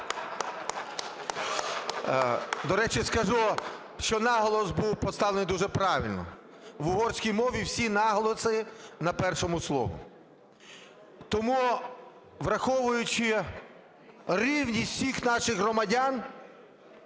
До речі, скажу, що наголос був поставлений дуже правильно. В угорській мові всі наголоси на першому слогу. Тому, враховуючи рівність всіх наших громадян,